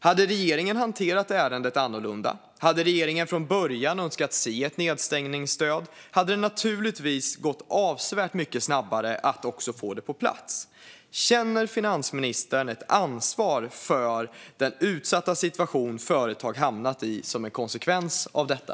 Hade regeringen hanterat ärendet annorlunda och från början önskat se ett nedstängningsstöd skulle det naturligtvis ha gått avsevärt mycket snabbare att också få det på plats. Känner finansministern ett ansvar för den utsatta situation som företag hamnat i som en konsekvens av detta?